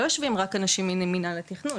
לא יושבים רק אנשים ממנהל התכנון,